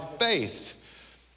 faith